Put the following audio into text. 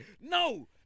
No